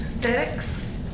six